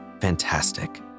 Fantastic